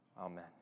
Amen